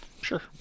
sure